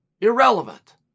irrelevant